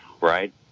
right